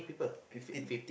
fifteen